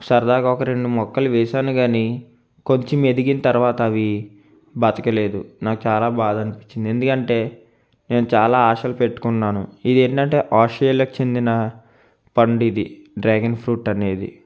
సరదాగా ఒక రెండు మొక్కలు వేసాను కానీ కొంచెం ఎదిగిన తర్వాత అవి బ్రతకలేదు నాకు చాలా బాధనిపించింది ఎందుకంటే నేను చాలా ఆశలు పెట్టుకున్నాను ఇదేంటంటే ఆస్ట్రేలియాకు చెందిన పండు ఇది డ్రాగన్ ఫ్రూట్ అనేది